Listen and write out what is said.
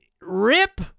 Rip